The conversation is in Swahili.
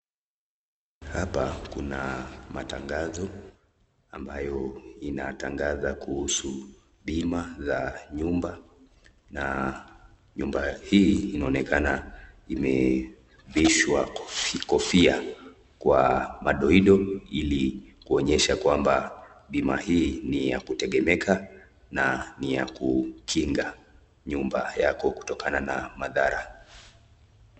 Hapa kuna ambayo inatangaza kuhusu bima za nyumba , na nyumba hii inaonekana imevishwa kofia kwa madoido ili kuonyesha kwamba bima hii ni ya kutegemeka na ya kukinga nyumba yako kutokana na madhara.